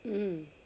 mm